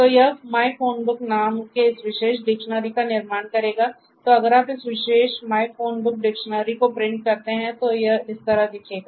तो यह myphonebook नाम के इस विशेष डिक्शनरी को प्रिंट करते हैं तो यह इस तरह दिखेगा